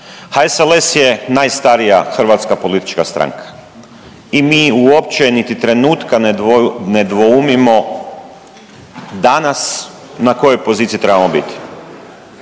HSLS je najstarija hrvatska politička stranka i mi uopće niti trenutka ne dvoumimo danas na kojoj poziciji trebamo biti.